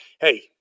hey